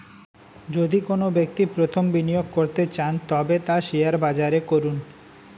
যদি কোনো ব্যক্তি প্রথম বিনিয়োগ করতে চান তবে তা শেয়ার বাজারে করুন